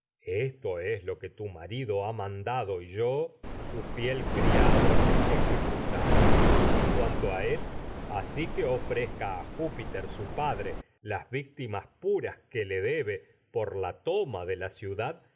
esto es lo que tu marido y yo fiel criado a ejecutado en cuanto padre las victimas no él asi que ofrezca debe júpiter su puras que le por la toma de la ciudad